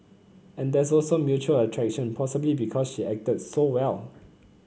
and there was also mutual attraction possibly because she acted so well